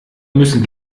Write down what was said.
müssen